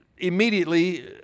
Immediately